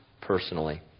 personally